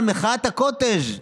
על מחאת הקוטג'.